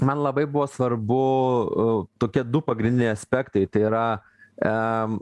man labai buvo svarbu o tokie du pagrindiniai aspektai tai yra e